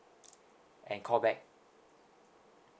and call back